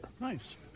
nice